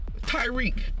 Tyreek